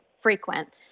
frequent